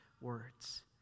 words